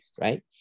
right